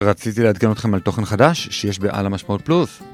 רציתי לעדכן אתכם על תוכן חדש שיש בעל המשמעות פלוס